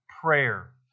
prayer